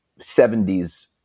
70s